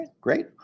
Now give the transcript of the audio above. great